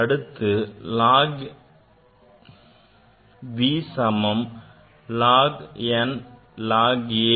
அடுத்து log ln v சமம் 3 log n log a